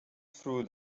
through